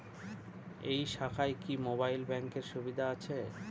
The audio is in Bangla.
এই শাখায় কি মোবাইল ব্যাঙ্কের সুবিধা আছে?